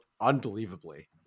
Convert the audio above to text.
unbelievably